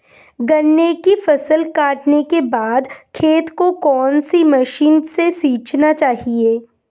गन्ने की फसल काटने के बाद खेत को कौन सी मशीन से सींचना चाहिये?